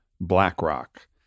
BlackRock